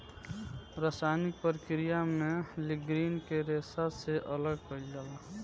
रासायनिक प्रक्रिया में लीग्रीन के रेशा से अलग कईल जाला